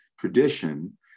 tradition